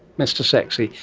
mr sexy.